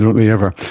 don't they ever.